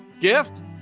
Gift